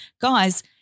guys